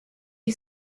you